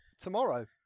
tomorrow